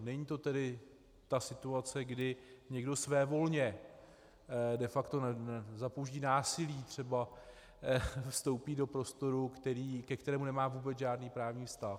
Není to tedy ta situace, kdy někdo svévolně, de facto za použití násilí třeba vstoupí do prostoru, ke kterému nemá vůbec žádný právní vztah.